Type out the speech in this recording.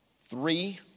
three